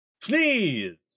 Sneeze